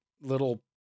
little